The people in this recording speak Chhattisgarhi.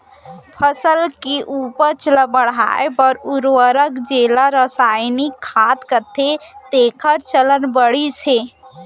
फसल के उपज ल बढ़ाए बर उरवरक जेला रसायनिक खाद कथें तेकर चलन बाढ़िस हे